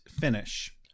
finish